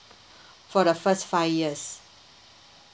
for the first five years